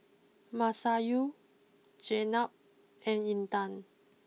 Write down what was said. Masayu Jenab and Intan